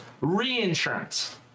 Reinsurance